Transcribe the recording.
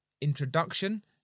introduction